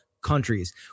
countries